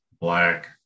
black